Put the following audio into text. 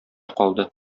калды